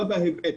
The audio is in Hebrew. לא בהיבט